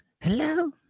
Hello